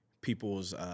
people's